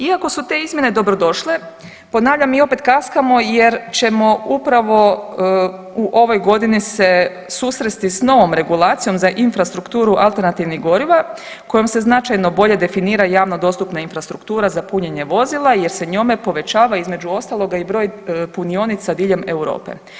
Iako su te izmjene dobrodošle ponavljam mi opet kaskamo jer ćemo upravo u ovoj godini se susresti s novom regulacijom za infrastrukturu alternativnih goriva kojom se značajno bolje definira javno dostupna infrastruktura za punjenje vozila jer se njome povećava između ostaloga i broj punionica diljem Europe.